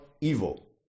evil